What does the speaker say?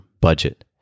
budget